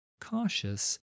cautious